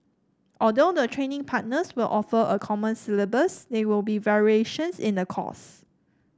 although the training partners will offer a common syllabus there will be variations in the course